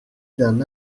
d’un